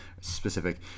specific